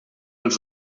els